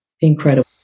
incredible